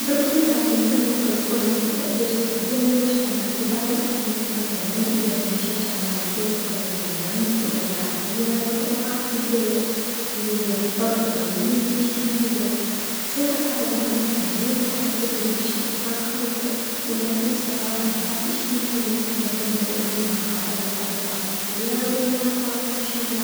بالطبيعه الفن يقدر يكون عنده تأثير سلبي على المجتمع في بعض الأحيان، مثلا إذا كان يشجع على مواضيع تروج للعنف و لا الكراهيه و لا الأفكار السلبيه لراح تضر بالقيم الإجتماعيه، زادا بعض الأعمال الفنيه تقدر تدي لنشر أفكار خايبه و تهديد إستقرار العلاقات الإجتماعيه، إذا كانت تدعم القضايا بطريقه سطحيه و لا بطريقه مشوها.